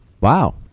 Wow